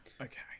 Okay